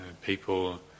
People